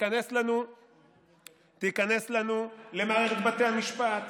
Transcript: תיכנס לנו למערכת בתי המשפט,